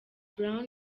brown